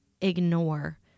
ignore